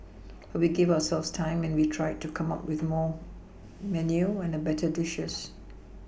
but we gave ourselves time and we tried to come up with more menu and a better dishes